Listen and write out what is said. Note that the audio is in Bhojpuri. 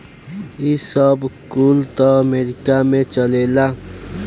ई सब कुल त अमेरीका में चलेला